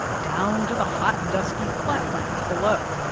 down to the hot, dusty flatlands below.